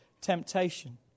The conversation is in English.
temptation